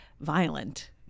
violent